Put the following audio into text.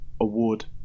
award